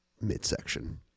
midsection